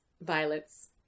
violets